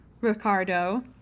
Ricardo